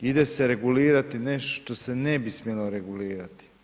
Ide se regulirati nešto što se ne bi smjelo regulirati.